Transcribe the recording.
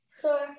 Sure